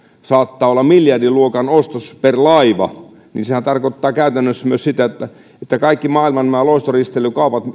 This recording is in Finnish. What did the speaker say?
saattaa olla miljardin luokan ostos per laiva niin sehän tarkoittaa käytännössä myös sitä että kaikki maailman loistoristeilijäkaupat